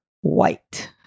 white